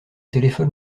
téléphone